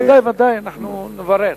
ודאי, אנחנו נברר.